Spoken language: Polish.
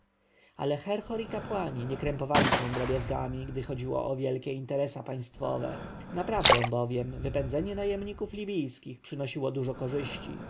ale herhor i kapłani nie krępowali się drobiazgami gdy chodziło o wielkie interesa państwowe naprawdę bowiem wypędzenie najemników libijskich przynosiło duże korzyści